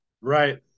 Right